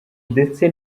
ndetse